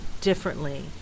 differently